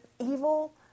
evil